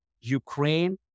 Ukraine